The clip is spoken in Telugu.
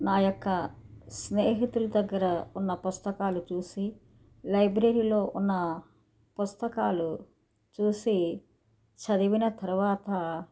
నా యొక్క స్నేహితుల దగ్గర ఉన్న పుస్తకాలు చూసి లైబ్రరిలో ఉన్న పుస్తకాలు చూసి చదివిన తర్వాత